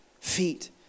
feet